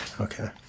Okay